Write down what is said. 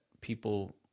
people